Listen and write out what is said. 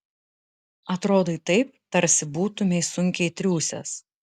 atrodai taip tarsi būtumei sunkiai triūsęs